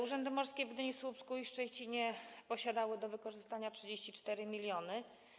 Urzędy Morskie w Gdyni, Słupsku i Szczecinie posiadały do wykorzystania 34 mln.